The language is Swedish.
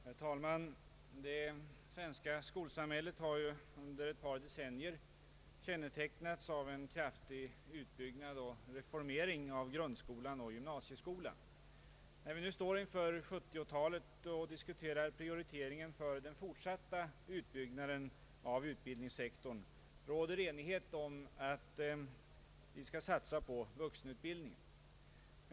Herr talman! Det svenska skolsamhället har under ett par decennier kännetecknats av en kraftig utbyggnad och reformering av grundskola och gymnasieskola. När vi nu står inför 1970 talet och diskuterar prioriteringen för den fortsatta utbyggnaden av utbildningssektorn, råder enighet om att vi skall satsa på vuxenutbildning.